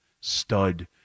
stud